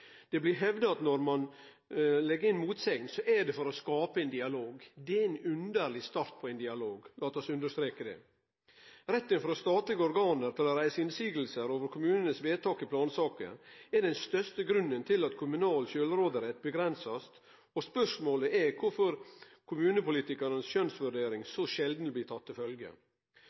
Det blir hevda at når ein legg inn motsegn, er det for å skape ein dialog. Det er ein underleg start på ein dialog – lat oss understreke det. Retten til statlege organ til å reise motsegner over kommunane sine vedtak i plansaker, er den største grunnen til at kommunal sjølvråderett blir avgrensa. Spørsmålet er korfor kommunepolitikarane si skjønnsvurdering så sjeldan blir tatt til